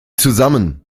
zusammen